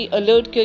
alert